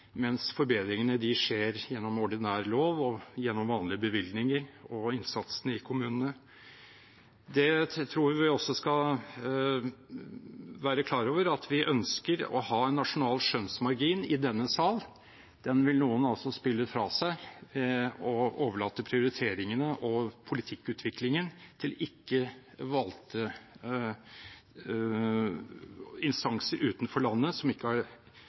mens forbedringene skjer gjennom ordinær lov, vanlige bevilgninger og innsatsen i kommunene. Jeg tror vi også skal være klar over at vi ønsker å ha en nasjonal skjønnsmargin i denne sal. Den vil noen altså spille fra seg og overlate prioriteringene og politikkutviklingen til ikke valgte instanser utenfor landet som ikke har